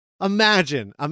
Imagine